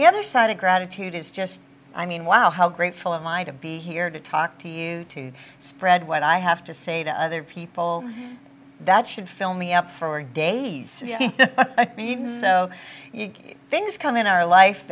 the other side of gratitude is just i mean wow how grateful i am i to be here to talk to you to spread what i have to say to other people that should fill me up for days so things come in our life